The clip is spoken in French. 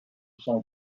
son